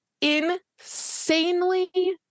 insanely